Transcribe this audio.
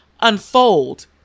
unfold